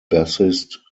bassist